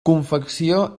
confecció